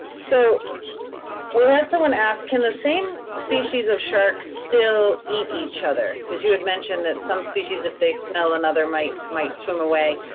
so well and someone asked, can the same species of sharks still eat each other? cause you had mentioned that some species if they smell another might might swim away.